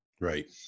Right